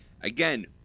again